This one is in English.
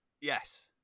Yes